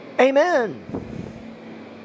Amen